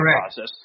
process